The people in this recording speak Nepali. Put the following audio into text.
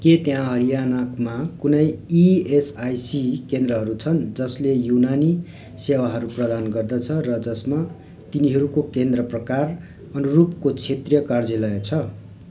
के त्यहाँ हरियाणामा कुनै इएसआइसी केन्द्रहरू छन् जसले युनानी सेवाहरू प्रदान गर्दछ र जसमा तिनीहरूको केन्द्र प्रकार अनुरूपको क्षेत्रीय कार्यालय छ